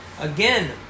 Again